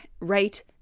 right